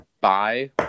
bye